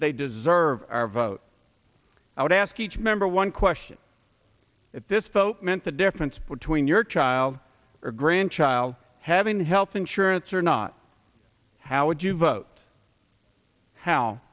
they deserve our vote out ask each member one question if this folk meant the difference between your child or grandchild having health insurance or not how would you vote how